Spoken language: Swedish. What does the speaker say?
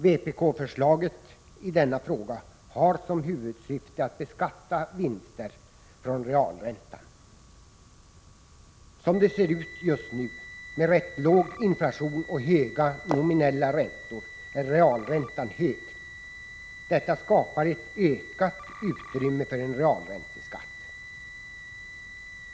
Vpk-förslaget i denna fråga har som huvudsyfte att beskatta vinster från realräntan. Som det ser ut just nu, med rätt låg inflation och höga nominella räntor, är realräntan hög. Detta skapar ett ökat utrymme för en realränteskatt.